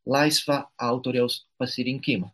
laisvą autoriaus pasirinkimą